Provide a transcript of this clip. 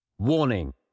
Warning